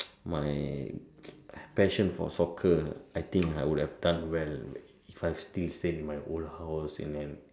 my passion for soccer I think I would have done well if I still stayed in my old house and then